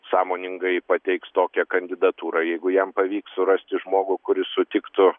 sąmoningai pateiks tokią kandidatūrą jeigu jam pavyks surasti žmogų kuris sutiktų